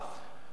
נכון,